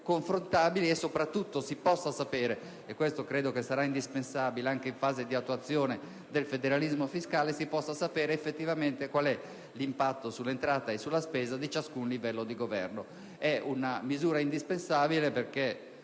confrontabili e, soprattutto, si possa sapere effettivamente - e credo che ciò sarà indispensabile anche in fase di attuazione del federalismo fiscale - qual è l'impatto sull'entrata e sulla spesa di ciascun livello di governo. È una misura indispensabile perché,